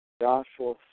Joshua